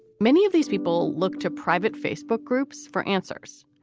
many of these people look to private facebook groups for answers,